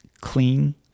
clean